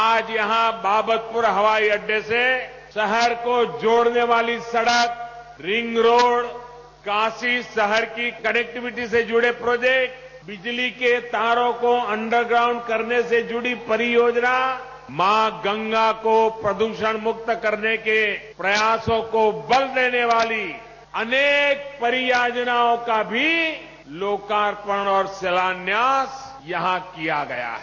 आज यहां बाबतपुर हवाई अड्डे से शहर को जोड़ने वाली सड़क रिंग रोड काशी शहर की कनेक्टिविटी से जुड़े प्रोजेक्ट बिजली के तारों को अंडर ग्राउंड करने से जुड़ी परियोजनाओं गंगा को पूदूषण मुक्त करने के प्रयासों को बल देने वाली अनेक परियोजनाओं का भी लोकार्पण और शिलान्यास यहां किया गया है